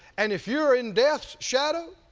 and if you are in death's shadow